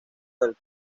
del